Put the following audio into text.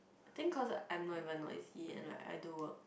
think cause I'm not even noisy and I like do work